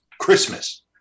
Christmas